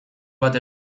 bat